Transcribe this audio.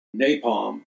napalm